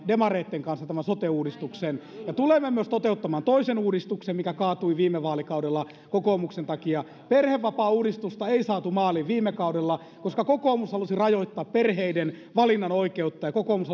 demareitten kanssa tämän sote uudistuksen tulemme myös toteuttamaan toisen uudistuksen mikä kaatui viime vaalikaudella kokoomuksen takia perhevapaauudistusta ei saatu maaliin viime kaudella koska kokoomus halusi rajoittaa perheiden valinnanoikeutta ja kokoomus